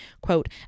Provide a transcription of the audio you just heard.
quote